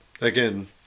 again